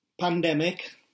pandemic